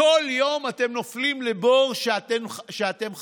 בכל יום אתם נופלים לבור שאתם חפרתם.